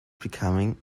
becoming